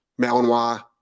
Malinois